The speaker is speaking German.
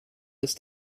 ist